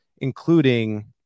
including